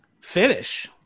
Finish